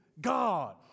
God